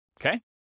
okay